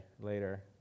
later